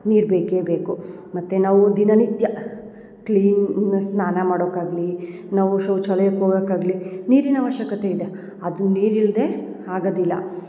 ನೀರು ಬೇಕೇ ಬೇಕು ಮತ್ತು ನಾವು ದಿನನಿತ್ಯ ಕ್ಲೀನ್ ಸ್ನಾನ ಮಾಡೋಕ್ಕಾಗಲಿ ನಾವು ಶೌಚಾಲಯಕ್ಕೆ ಹೋಗೋಕ್ಕಾಗಲಿ ನೀರಿನ ಆವಶ್ಯಕತೆ ಇದೆ ಅದು ನೀರು ಇಲ್ದೇ ಆಗದಿಲ್ಲ